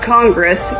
Congress